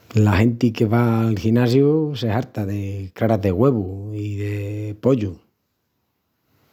La genti que vá al ginasiu se harta de craras de güevu i de pollu.